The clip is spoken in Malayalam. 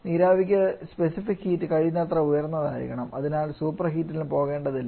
നീരാവിക്ക് സ്പെസിഫിക് ഹീറ്റ് കഴിയുന്നത്ര ഉയർന്നതായിരിക്കണം അതിനാൽ സൂപ്പർ ഹിറ്റിന് പോകേണ്ടതില്ല